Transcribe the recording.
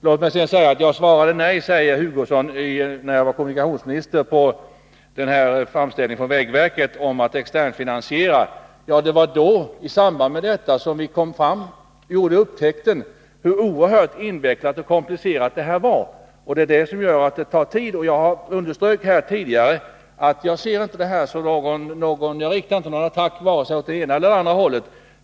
Kurt Hugosson säger att jag när jag var kommunikationsminister svarade nej på framställningen från vägverket om att externfinansiera. Vi satte omedelbart i gång för att få en ändring till stånd.I samband med det arbetet upptäckte vi hur oerhört invecklat och komplicerat det här är. Det är det som göratt det tar tid. Jag underströk tidigare att jag inte gör någon attack åt vare sig det ena eller andra hållet.